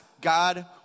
God